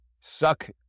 suck